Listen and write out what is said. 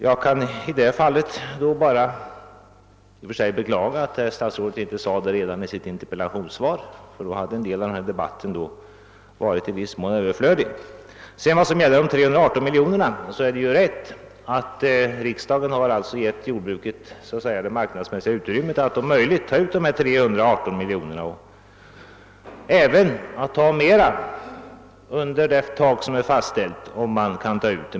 Jag bara beklagar att statsrådet inte framhöll detta redan i sitt interpellationssvar, ty då hade en del av den här debatten inte behövt föras. Det är riktigt att riksdagen har givit jordbrukarna det marknadsmässiga utrymmet att om möjligt ta ut 318 mil joner kronor och även mera under det tak som är fastställt.